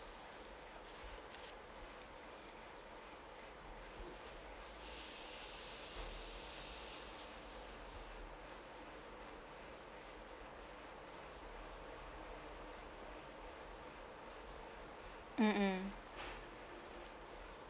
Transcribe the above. mm mm